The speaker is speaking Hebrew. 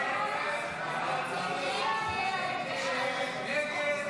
הסתייגות 2 לא נתקבלה.